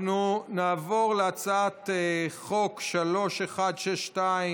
אם כן, הצעת החוק אושרה.